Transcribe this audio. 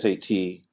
SAT